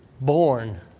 born